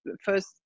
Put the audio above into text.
first